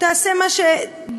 תעשה מה שנדון,